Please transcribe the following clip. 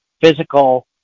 physical